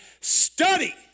study